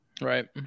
Right